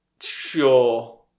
Sure